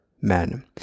men